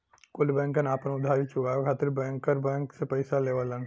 कुल बैंकन आपन उधारी चुकाये खातिर बैंकर बैंक से पइसा लेवलन